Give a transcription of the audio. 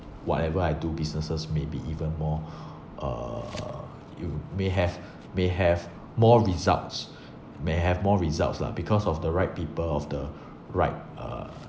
whatever I do businesses may be even more uh you may have may have more results may have more results lah because of the right people of the right uh